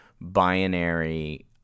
binary